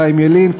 חיים ילין,